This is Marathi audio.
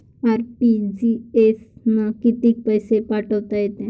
आर.टी.जी.एस न कितीक पैसे पाठवता येते?